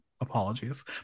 apologies